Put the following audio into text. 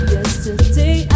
Yesterday